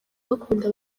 bakunda